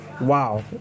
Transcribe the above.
Wow